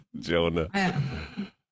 Jonah